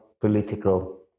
political